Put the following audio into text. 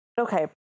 okay